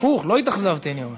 הפוך, לא התאכזבתי, אני אומר.